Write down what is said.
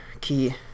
key